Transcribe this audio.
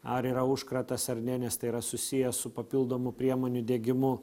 ar yra užkratas ar ne nes tai yra susiję su papildomų priemonių diegimu